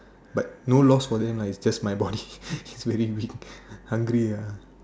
but no loss for them lah it's just my body is very weak hungry ah